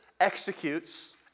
executes